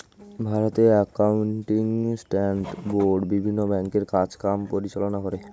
ভারতে accounting standard board বিভিন্ন ব্যাংকের কাজ কাম পরিচালনা করে